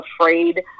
afraid